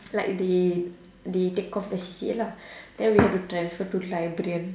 like they they take off the C_C_A lah then we have to transfer to librarian